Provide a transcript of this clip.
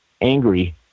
angry